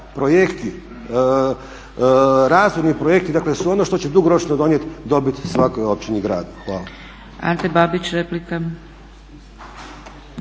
projekti, razvojni projekti sve ono što će dugoročno donijeti dobit svakoj općini i gradu. Hvala. **Zgrebec, Dragica